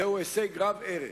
זהו הישג רב-ערך,